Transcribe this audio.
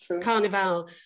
carnival